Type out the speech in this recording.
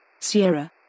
Sierra